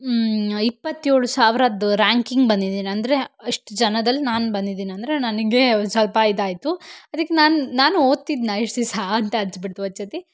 ಇಪ್ಪತ್ತೇಳು ಸಾವಿರದ್ದು ರ್ಯಾಂಕಿಂಗ್ ಬಂದಿದೀನಿ ಅಂದರೆ ಅಷ್ಟ್ ಜನದಲ್ ನಾನು ಬಂದಿದೀನಿ ಅಂದರೆ ನನಗೆ ಸ್ವಲ್ಪ ಇದಾಯಿತು ಅದಕ್ ನಾನು ನಾನು ಓದ್ತಿದ್ನಾ ಇಷ್ಟು ದಿಸ ಅಂತ ಅನ್ಸ್ಬಿಡ್ತು ಒಂದ್ಸತಿ